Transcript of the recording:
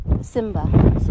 simba